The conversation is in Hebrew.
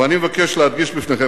אבל אני אבקש להדגיש בפניכם,